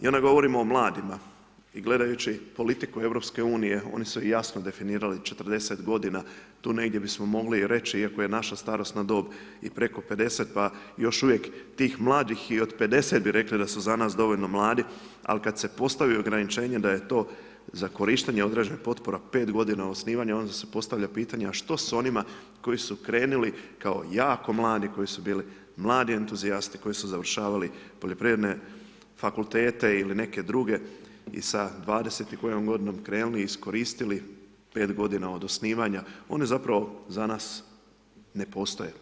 I onda govorimo o mladima i gledajući politiku EU, oni su jasno definirali 40 g. tu negdje bismo mogli reći, iako je naša starosna dob i preko 50, pa još uvijek i tih mladih i od 50 bi rekli, da su za nas dovoljno mladi, ali kada se postavi ograničenje da je to za korištenje određenih potpora, 5 g. osnivanja, onda se postavlja pitanja, što s onima, koji su krenuli kao jako mladi, koji su bili mladi entuzijasti, koji su završavali poljoprivredne fakultete ili neke druge i sa 20 i kojom g. krenuli, iskoristili 5 g. od osnivanja, oni zapravo za nas ne postoje.